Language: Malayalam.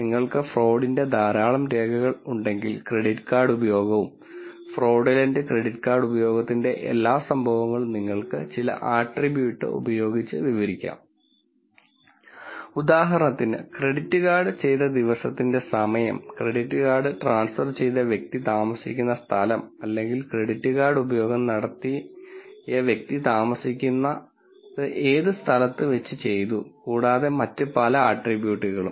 നിങ്ങൾക്ക് ഫ്രോഡിന്റെ ധാരാളം രേഖകൾ ഉണ്ടെങ്കിൽ ക്രെഡിറ്റ് കാർഡ് ഉപയോഗവും ഫ്രോഡുലന്റ് ക്രെഡിറ്റ് കാർഡ് ഉപയോഗത്തിന്റെ എല്ലാ സംഭവങ്ങളും നിങ്ങൾക്ക് ചില ആട്രിബ്യൂട്ട് ഉപയോഗിച്ച് വിവരിക്കാം ഉദാഹരണത്തിന് ക്രെഡിറ്റ് കാർഡ് ചെയ്ത ദിവസത്തിന്റെ സമയം ക്രെഡിറ്റ് കാർഡ് ട്രാൻസ്ഫർ ചെയ്ത വ്യക്തി താമസിക്കുന്ന സ്ഥലം അല്ലെങ്കിൽ ക്രെഡിറ്റ് കാർഡ് ഉപയോഗം വ്യക്തി താമസിക്കുന്ന സ്ഥലത്ത് വച്ച് ചെയ്തു കൂടാതെ മറ്റ് പല ആട്രിബ്യൂട്ടുകളും